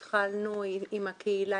התחלנו עם הקהילה,